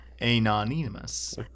Anonymous